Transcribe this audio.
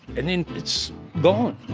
and then it's gone.